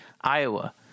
Iowa